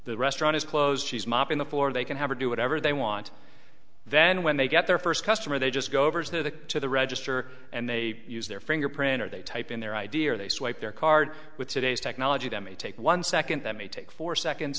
the restaurant is closed she's mopping the floor they can have or do whatever they want then when they get their first customer they just go over to the to the register and they use their fingerprint or they type in their idea they swipe their card with today's technology that may take one second that may take four seconds